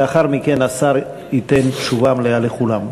לאחר מכן השר ייתן תשובה מלאה לכולם.